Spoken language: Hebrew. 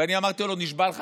ואני אמרתי לו: נשבע לך,